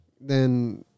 then-